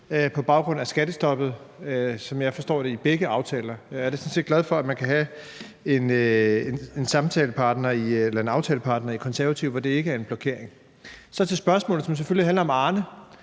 på grund af skattestoppet, som jeg forstår det, ikke være med i nogen af de to aftaler. Jeg er da sådan set glad for at have en aftalepartner i De Konservative, hvor det ikke er en blokering. Så til spørgsmålet, som selvfølgelig handler om Arne